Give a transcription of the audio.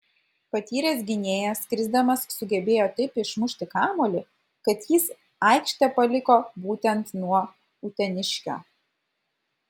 patyręs gynėjas krisdamas sugebėjo taip išmušti kamuolį kad jis aikštę paliko būtent nuo uteniškio